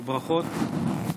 ברכות.